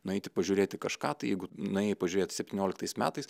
nueiti pažiūrėti kažką tai jeigu nuėjai pažiūrėt septynioliktais metais